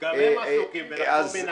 גם הם עסוקים בלחפור מנהרות.